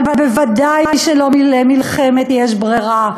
אבל בוודאי שלא מלחמת יש ברירה?